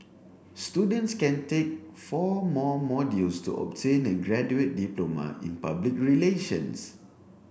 students can take four more modules to obtain a graduate diploma in public relations